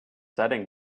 setting